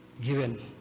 given